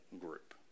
group